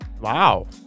Wow